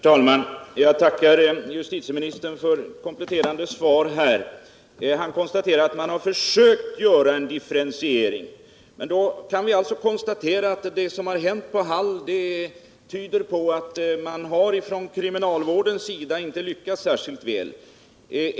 Herr talman! Jag tackar justitieministern för hans kompletterande svar. Han konstaterar att man har försökt göra en differentiering. Det som har hänt på Hall tyder emellertid på att man från kriminalvårdens sida inte har lyckats särskilt väl.